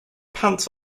pants